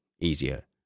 easier